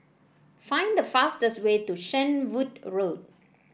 find the fastest way to Shenvood Road